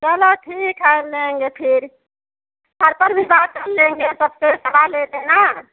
चलो ठीक है लेंगे फिर घर पर भी बात कल लेंगे सबसे सलाह लेंगे ना